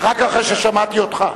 רק אחרי ששמעתי אותך.